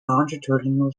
longitudinal